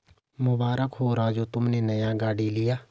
मुबारक हो राजू तुमने नया गाड़ी लिया